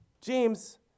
James